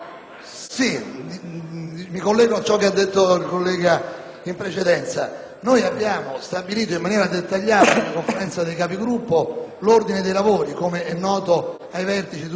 mi collego a ciò che ha testé detto il collega Legnini. Noi abbiamo stabilito in maniera dettagliata in sede di Conferenza dei Capigruppo l'ordine dei lavori, come è noto ai vertici di tutti i Gruppi (ai Presidenti o a